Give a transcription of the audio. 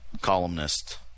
columnist